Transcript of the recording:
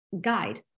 guide